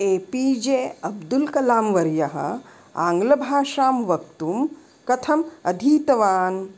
ए P J Abdul Kalam वर्यः आङ्ग्लभाषां वक्तुं कथम् अधीतवान्